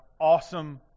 awesome